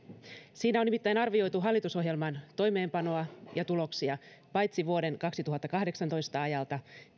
siinä on nimittäin arvioitu hallitusohjelman toimeenpanoa ja tuloksia paitsi vuoden kaksituhattakahdeksantoista ajalta